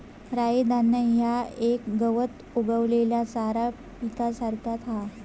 राई धान्य ह्या एक गवत उगवलेल्या चारा पिकासारख्याच हा